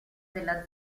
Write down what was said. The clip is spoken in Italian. della